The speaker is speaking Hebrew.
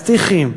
הסטיכיים,